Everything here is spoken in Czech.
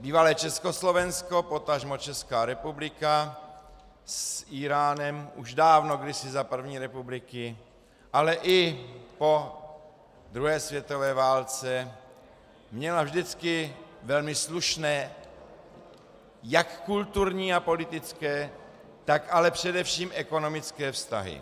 Bývalé Československo, potažmo Česká republika, s Íránem už dávno, kdysi za první republiky, ale i po druhé světové válce měla vždycky velmi slušné jak kulturní a politické, tak ale především ekonomické vztahy.